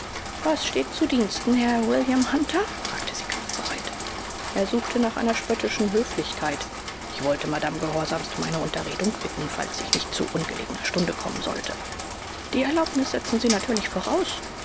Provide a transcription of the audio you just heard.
was steht zu diensten herr william hunter fragte sie kampfbereit er suchte nach einer spöttischen höflichkeit ich wollte madame gehorsamst um eine unterredung bitten falls ich nicht zu ungelegener stunde kommen sollte die erlaubnis setzen sie natürlich voraus